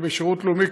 בשירות לאומי,